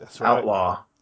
outlaw